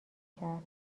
کرد